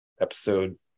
episode